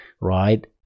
right